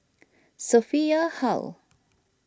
Sophia Hull